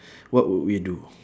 what would we do